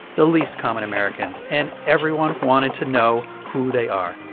the least common american. and everyone wanted to know who they are